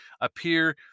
appear